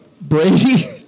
Brady